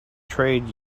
trade